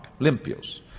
limpios